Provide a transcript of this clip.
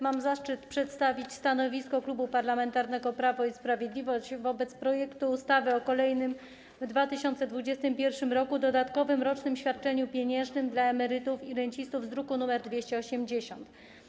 Mam zaszczyt przedstawić stanowisko Klubu Parlamentarnego Prawo i Sprawiedliwość wobec projektu ustawy o kolejnym w 2021 r. dodatkowym rocznym świadczeniu pieniężnym dla emerytów i rencistów, druk nr 280.